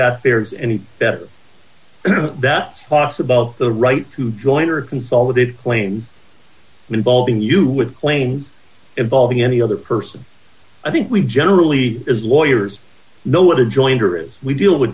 that there is any better that talks about the right to join or consolidated claims involving you with claims involving any other person i think we generally as lawyers know what a jointer is we deal with